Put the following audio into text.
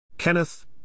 Kenneth